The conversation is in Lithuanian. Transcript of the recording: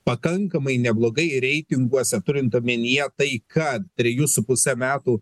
pakankamai neblogai reitinguose turint omenyje tai kad trejų su puse metų